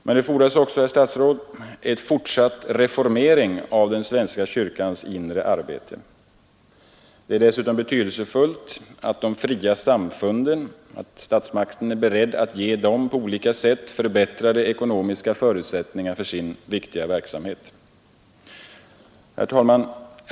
Men det fordras också, herr statsråd, fortsatt reformering av den svenska kyrkans inre arbete. Det är dessutom betydelsefullt att statsmakten är beredd att på olika sätt ge de fria samfunden förbättrade förutsättningar för deras viktiga verksamhet. Herr talman!